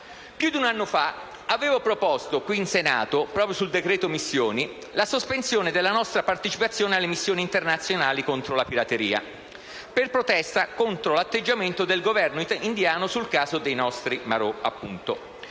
Più di un anno fa avevo proposto qui in Senato, proprio sul decreto-legge missioni, la sospensione della nostra partecipazione alle missioni internazionali contro la pirateria per protesta contro l'atteggiamento del Governo indiano sul caso dei nostri marò, appunto.